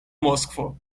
moskvo